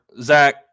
Zach